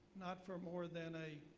not for more than a